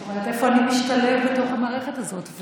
זאת אומרת, איפה אני משתלב בתוך המערכת הזאת?